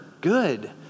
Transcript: good